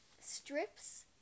strips